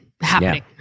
happening